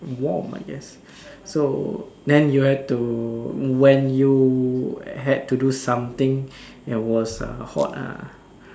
warm I guess so then you had to when you had to do something it was uh hot ah